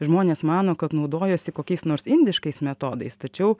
žmonės mano kad naudojuosi kokiais nors indiškais metodais tačiau